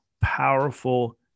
powerful